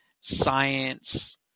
science